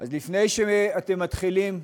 אז לפני שאתם מתחילים,